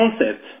concept